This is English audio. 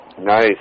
Nice